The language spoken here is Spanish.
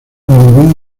ningún